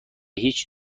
هیچ